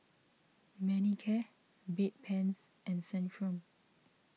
Manicare Bedpans and Centrum